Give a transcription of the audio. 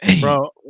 bro